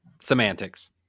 semantics